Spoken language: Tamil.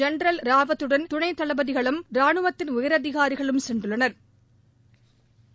ஜெனரல் ராவத்துடன் துணை தளபதிகளம் ராணுவத்தின் உயரதிகாரிகளும் சென்றுள்ளனா்